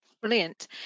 Brilliant